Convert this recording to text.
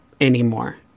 anymore